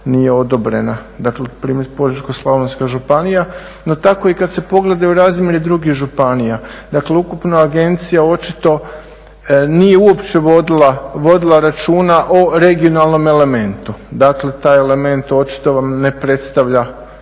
jedna odobrena. Dakle primjer Požeško-slavonska županija. No tako i kad se pogledaju razmjeri drugih županija, dakle ukupno agencija očito nije uopće vodila računa o regionalnom elementu. Dakle taj element očito vam ne predstavlja